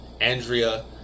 Andrea